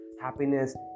Happiness